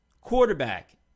Quarterback